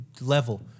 level